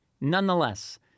Nonetheless